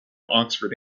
oxford